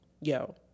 yo